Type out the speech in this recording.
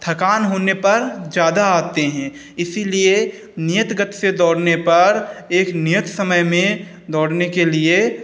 थकान होने पर ज़्यादा आते हैं इसीलिए नियत गति से दौड़ने पर एक नियत समय में दौड़ने के लिए